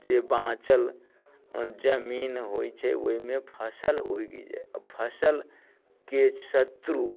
जे बाँचल जमीन होइत छै ओहिमे फसल उगि जाय अऽ फसलके शत्रु